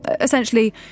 Essentially